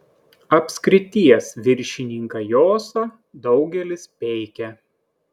apskrities viršininką josą daugelis peikia